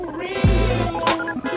real